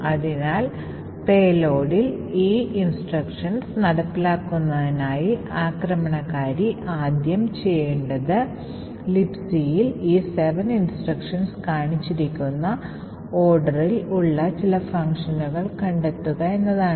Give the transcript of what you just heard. അതിനാൽ പേലോഡിൽ ഈ നിർദ്ദേശങ്ങൾ നടപ്പിലാക്കുന്നതിനായി ആക്രമണകാരി ആദ്യം ചെയ്യേണ്ടത് Libcയിൽ ഈ 7 നിർദ്ദേശങ്ങൾ കാണിച്ചിരിക്കുന്ന ഓർഡറിൽ ഉള്ള ചില ഫംഗ്ഷനുകൾ കണ്ടെത്തുക എന്നതാണ്